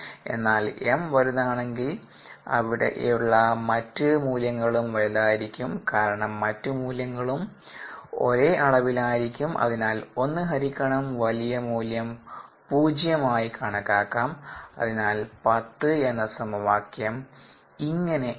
എന്നാൽ m വലുതാണെങ്കിൽ ഇവിടെയുള്ള മറ്റ് മൂല്യങ്ങളും വലിയതായിരിക്കും കാരണം മറ്റ് മൂല്യങ്ങളും ഒരേ അളവിൽ ആയിരിക്കും അതിനാൽ 1 ഹരിക്കണം വലിയ മൂല്യം 0 ആയി കണക്കാക്കാം അതിനാൽ 10 എന്ന സമവാക്യം ഇങ്ങനെ എഴുതാം